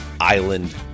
island